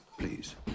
Please